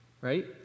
right